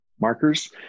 markers